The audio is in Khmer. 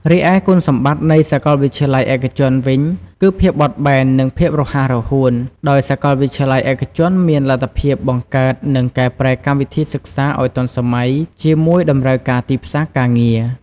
រីឯគុណសម្បត្តិនៃសាកលវិទ្យាល័យឯកជនវិញគឹ ភាពបត់បែននិងភាពរហ័សរហួន ដោយសាកលវិទ្យាល័យឯកជនមានលទ្ធភាពបង្កើតនិងកែប្រែកម្មវិធីសិក្សាឲ្យទាន់សម័យជាមួយតម្រូវការទីផ្សារការងារ។